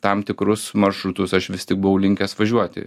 tam tikrus maršrutus aš vis tik buvau linkęs važiuoti